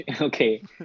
Okay